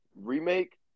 remake